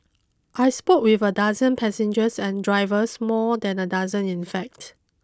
I spoke with a dozen passengers and drivers more than a dozen in fact